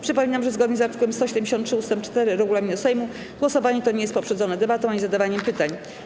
Przypominam, że zgodnie z art. 173 ust. 4 regulaminu Sejmu głosowanie to nie jest poprzedzone debatą ani zadawaniem pytań.